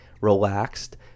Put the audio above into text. relaxed